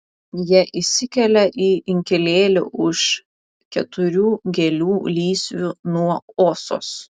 jie įsikelia į inkilėlį už keturių gėlių lysvių nuo osos